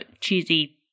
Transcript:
cheesy